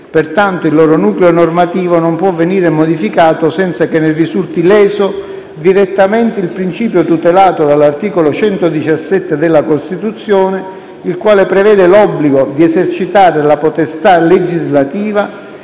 Pertanto, il loro nucleo normativo non può venire modificato senza che ne risulti leso direttamente il principio tutelato dall'articolo 117 della Costituzione, il quale prevede l'obbligo di esercitare la potestà legislativa